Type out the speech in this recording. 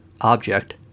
object